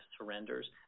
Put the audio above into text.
surrenders